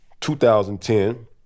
2010